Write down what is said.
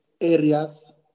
areas